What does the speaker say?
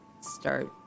start